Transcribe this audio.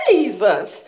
Jesus